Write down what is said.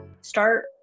start